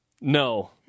No